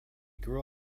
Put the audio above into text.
grew